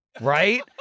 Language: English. Right